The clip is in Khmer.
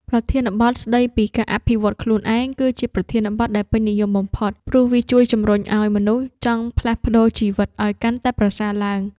ប្រធានបទស្តីពី ការអភិវឌ្ឍខ្លួនឯង គឺជាប្រធានបទដែលពេញនិយមបំផុត ព្រោះវាជួយជម្រុញឱ្យមនុស្សចង់ផ្លាស់ប្តូរជីវិតឱ្យកាន់តែប្រសើរឡើង។